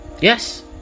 Yes